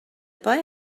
boy